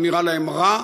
הוא נראה להם רע,